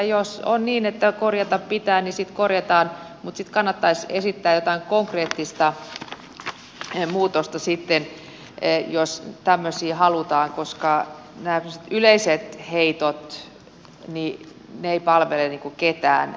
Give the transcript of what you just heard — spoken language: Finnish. jos on niin että korjata pitää niin sitten korjataan mutta sitten kannattaisi esittää jotain konkreettista muutosta jos tämmöisiä halutaan koska nämä yleiset heitot eivät palvele ketään